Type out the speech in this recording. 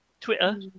Twitter